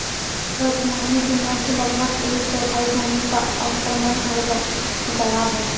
वर्तमान में दुनिया की लगभग एक चौथाई भूमि का अवक्रमण हो गया है